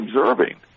observing